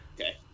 Okay